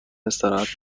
استراحت